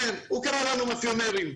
הוא קרא לנו מאפיונרים.